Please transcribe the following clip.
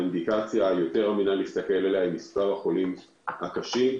האינדיקציה היותר אמינה היא מספר החולים הקשים,